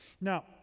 now